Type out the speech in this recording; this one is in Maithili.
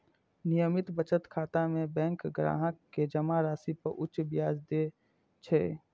नियमित बचत खाता मे बैंक ग्राहक कें जमा राशि पर उच्च ब्याज दै छै